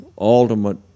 ultimate